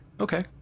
Okay